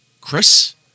Chris